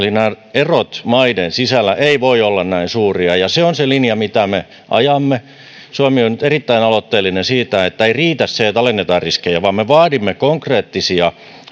erot maiden sisällä eivät voi olla näin suuria ja se on se linja mitä me ajamme suomi on nyt erittäin aloitteellinen siinä että ei riitä se että alennetaan riskejä vaan me vaadimme konkreettisia